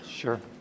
Sure